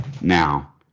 now